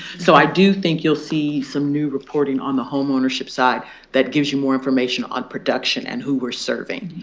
so i do think you'll see some new reporting on the home ownership side that gives you more information on production and who we're serving,